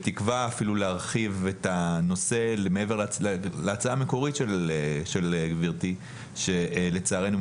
בתקווה להרחיב את הנושא להצעה המקורית של גברתי שלצערנו,